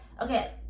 okay